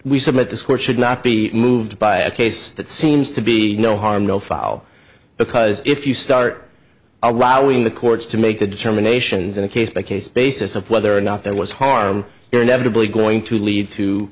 we submit this court should not be moved by a case that seems to be no harm no foul because if you start allowing the courts to make a determination that a case by case basis of whether or not there was harm here inevitably going to lead to